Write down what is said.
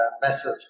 massive